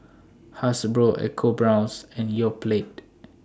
Hasbro EcoBrown's and Yoplait